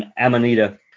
Amanita